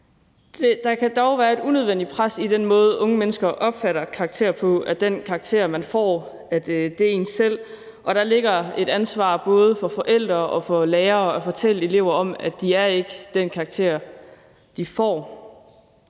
Der kan dog være et unødvendigt pres i den måde, unge mennesker opfatter karakterer på, altså at den karakter, man får, er en selv, og der ligger et ansvar både for forældre og lærere at fortælle elever om, at de ikke er den karakter, de får.